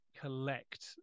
collect